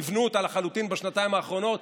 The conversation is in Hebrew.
ניוונו אותה לחלוטין בשנתיים האחרונות.